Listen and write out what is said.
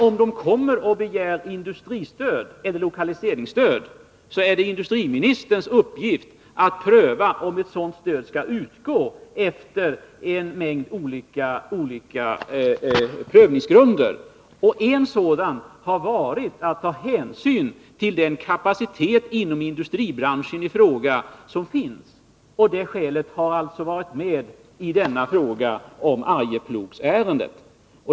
Om ett företag begär lokaliseringsstöd, är det industriministern uppgift att efter en mängd olika grunder pröva om ett sådant stöd skall utgå. En grund är att ta hänsyn till den kapacitet som finns inom industribranschen i fråga. Detta har alltså varit med vid bedömningen av Arjeplogsärendet.